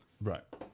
right